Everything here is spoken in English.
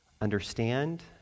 understand